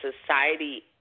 society